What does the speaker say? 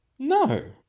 No